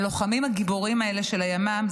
הלוחמים הגיבורים האלה של הימ"מ,